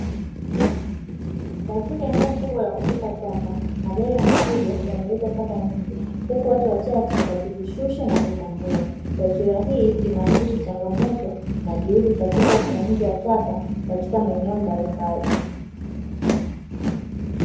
Katika eneo kubwa la kutupa taka, magari ya mizigo yameleta taka nje huku watu wachache wakizishusha na kuchambua. Taswira hii inaakisi changamoto na juhudi katika usimamizi wa taka katika maeneo mbalimbali.